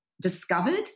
discovered